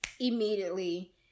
immediately